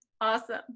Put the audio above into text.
Awesome